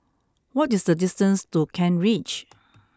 what is the distance to Kent Ridge